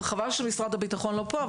חבל שנציגת משרד הביטחון לא פה,